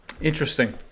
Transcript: Interesting